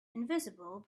invisible